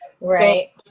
Right